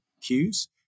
cues